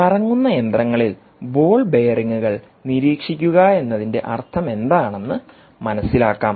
കറങ്ങുന്ന യന്ത്രങ്ങളിൽ ബോൾ ബെയറിംഗുകൾ നിരീക്ഷിക്കുകയെന്നതിന്റെ അർത്ഥമെന്താണെന്ന് മനസിലാക്കാം